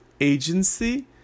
agency